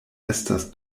estas